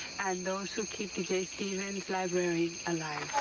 and those who keep the jay stevens library alive.